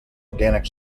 organic